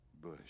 bush